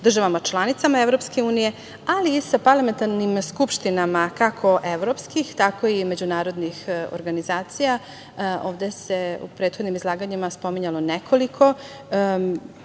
državama članicama EU, ali i sa parlamentarnim skupštinama kako evropskih, tako i međunarodnih organizacija. Ovde se u prethodnim izlaganjima pominjalo nekoliko,